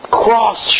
cross